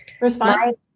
respond